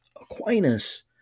Aquinas